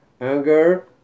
anger